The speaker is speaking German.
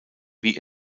wie